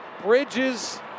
Bridges